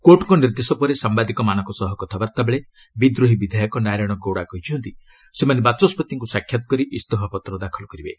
କୋର୍ଟ୍ଙ୍କ ନିର୍ଦ୍ଦେଶ ପରେ ସାମ୍ଭାଦିକମାନଙ୍କ ସହ କଥାବାର୍ତ୍ତା ବେଳେ ବିଦ୍ରୋହୀ ବିଧାୟକ ନାରାୟଣ ଗୌଡ଼ା କହିଛନ୍ତି ସେମାନେ ବାଚସ୍କତିଙ୍କୁ ସାକ୍ଷାତ କରି ଇସ୍ତଫାପତ୍ର ଦାଖଲ କରିବେ